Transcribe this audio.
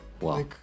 Wow